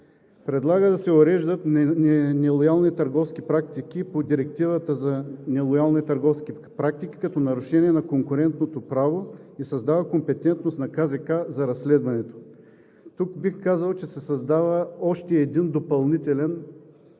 Предлага да се уреждат нелоялни търговски практики по Директивата за нелоялни търговски практики като нарушение на конкурентното право и създава компетентност на КЗК за разследването. Тук бих казал, че се създава още един допълнителен